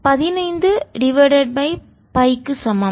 இது பதினைந்து divided by pi க்கு சமம்